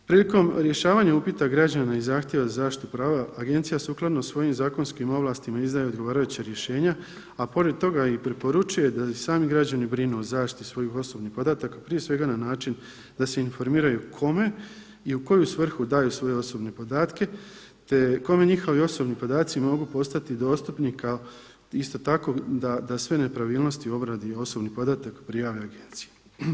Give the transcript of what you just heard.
Prilikom rješavanja upita građana i zahtjeva za zaštitu prava Agencija sukladno svojim zakonskim ovlastima izdaje odgovarajuća rješenja, a pored toga i preporučuje da i sami građani brinu o zaštiti svojih osobnih podataka, prije svega na način da se informiraju kome i u koju svrhu daju svoje osobne podatke, te kome njihovi osobni podaci mogu postati dostupni kao isto tako da sve nepravilnosti u obradi osobnih podataka prijave Agenciji.